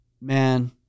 Man